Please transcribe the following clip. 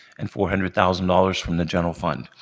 and four hundred thousand dollars from the general fund.